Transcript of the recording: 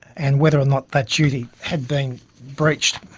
and whether or not that duty had been breached,